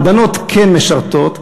והבנות כן משרתות.